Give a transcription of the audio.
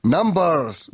Numbers